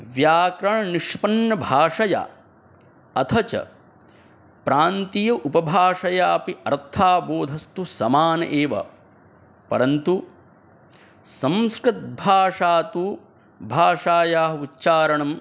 व्याकरणनिष्पन्नभाषया अथ च प्रान्तीय उपभाषयापि अर्थावबोधस्तु समानम् एव परन्तु संस्कृतभाषा तु भाषायाः उच्चारणम्